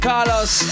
Carlos